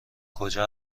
کجا